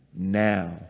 Now